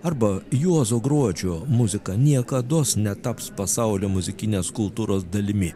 arba juozo gruodžio muzika niekados netaps pasaulio muzikinės kultūros dalimi